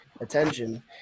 attention